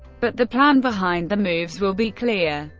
but the plan behind the moves will be clear.